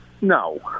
no